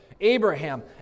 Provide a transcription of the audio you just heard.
Abraham